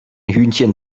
hühnchen